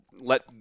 let